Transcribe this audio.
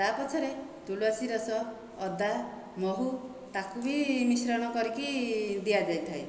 ତା ପଛରେ ତୁଳସୀ ରସ ଅଦା ମହୁ ତାକୁ ବି ମିଶ୍ରଣ କରିକି ଦିଆଯାଇଥାଏ